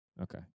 Okay